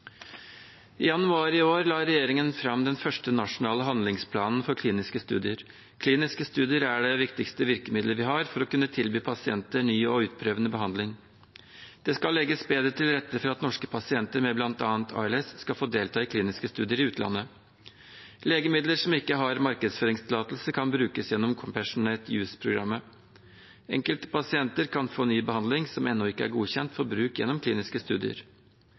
I januar i år la regjeringen fram den første nasjonale handlingsplanen for kliniske studier. Kliniske studier er det viktigste virkemiddelet vi har for å kunne tilby pasienter ny og utprøvende behandling. Det skal legges bedre til rette for at norske pasienter med bl.a. ALS skal få delta i kliniske studier i utlandet. Legemidler som ikke har markedsføringstillatelse, kan brukes gjennom «compassionate use»-programmer. Enkelte pasienter kan få ny behandling som ennå ikke er godkjent for bruk gjennom kliniske studier.